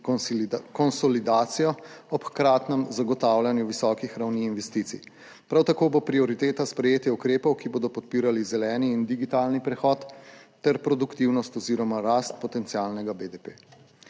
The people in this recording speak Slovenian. konsolidacijo ob hkratnem zagotavljanju visokih ravni investicij. Prav tako bo prioriteta sprejetje ukrepov, ki bodo podpirali zeleni in digitalni prehod ter produktivnost oziroma rast potencialnega BDP.